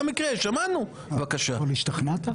אבל השתכנעת?